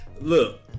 Look